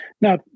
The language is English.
Now